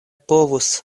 povus